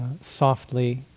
softly